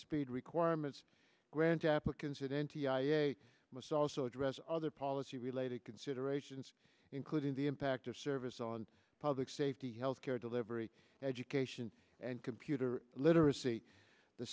speed requirements grant applicants it n t i a must also address other policy related considerations including the impact of service on public safety health care delivery education and computer literacy the